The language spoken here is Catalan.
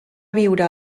viure